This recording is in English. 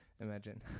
Imagine